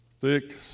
thick